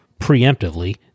preemptively